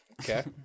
Okay